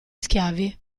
schiavi